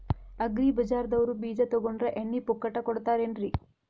Agri ಬಜಾರದವ್ರು ಬೀಜ ತೊಗೊಂಡ್ರ ಎಣ್ಣಿ ಪುಕ್ಕಟ ಕೋಡತಾರೆನ್ರಿ?